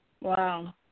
Wow